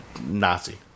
Nazi